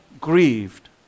grieved